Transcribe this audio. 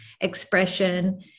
expression